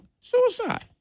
suicide